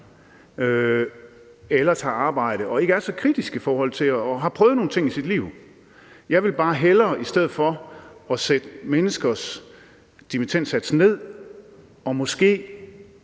eller tager arbejde og ikke er så kritiske og har prøvet nogle ting i deres liv. Jeg vil bare i stedet for at sætte menneskers dimittendsats ned og,